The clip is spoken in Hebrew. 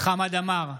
חמד עמאר,